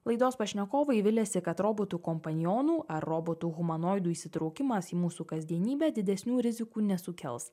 laidos pašnekovai viliasi kad robotų kompanionų ar robotų humanoidų įsitraukimas į mūsų kasdienybę didesnių rizikų nesukels